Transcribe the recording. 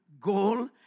goal